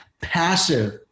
passive